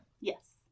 Yes